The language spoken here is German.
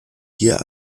hier